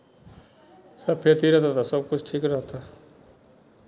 सफैती रहतह तऽ सभकिछु ठीक रहतऽ